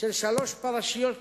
של שלוש פרשיות